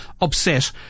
upset